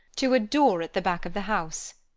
to a door at the back of the house.